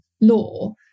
law